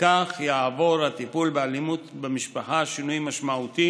ובכך יעבור הטיפול באלימות במשפחה שינוי משמעותי